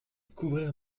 couvrir